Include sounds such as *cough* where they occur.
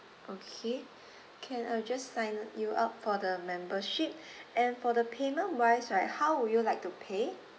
okay can I'll just sign you up for the membership *breath* and for the payment wise right how would you like to pay